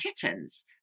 kittens